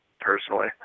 personally